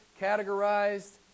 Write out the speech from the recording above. categorized